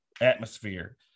atmosphere